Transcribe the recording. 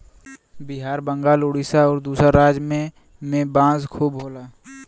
बिहार बंगाल उड़ीसा आउर दूसर राज में में बांस खूब होला